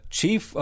chief